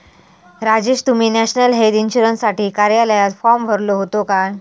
राजेश, तुम्ही national health इन्शुरन्ससाठी कार्यालयात फॉर्म भरलो होतो काय?